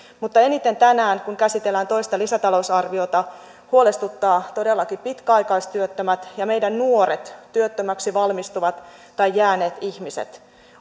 mutta eniten tänään kun käsitellään toista lisätalousarviota huolestuttavat todellakin pitkäaikaistyöttömät ja meidän nuoret työttömäksi valmistuvat tai jääneet ihmiset